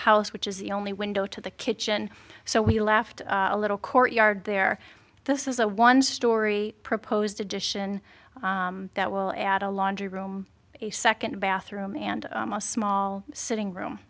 house which is the only window to the kitchen so we left a little courtyard there this is a one story proposed addition that will add a laundry room a second bathroom and a small sitting room